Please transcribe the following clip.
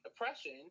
oppression